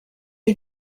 are